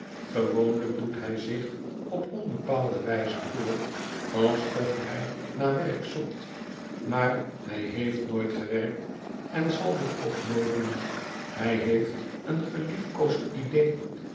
gewoonlijk doet hij zich op onbepaalde wijze voor alsof hij naar werk zoekt maar hij heeft nooit gewerkt en zal dat ook nooit doen hij heeft een geliefdkoosdidee